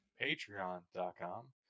Patreon.com